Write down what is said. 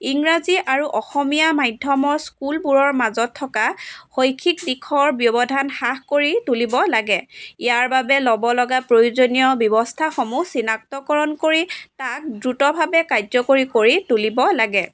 ইংৰাজী আৰু অসমীয়া মাধ্যমৰ স্কুলবোৰৰ মাজত থকা শৈক্ষিক দিশৰ ব্যৱধান হ্ৰাস কৰি তুলিব লাগে ইয়াৰ বাবে ল'ব লগা প্ৰয়োজনীয় ব্যৱস্থাসমূহ চিনাক্তকৰণ কৰি তাক দ্ৰুতভাৱে কাৰ্যকৰী কৰি তুলিব লাগে